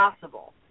possible